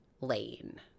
lane